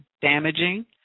damaging